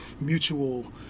mutual